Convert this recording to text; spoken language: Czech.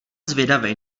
zvědavej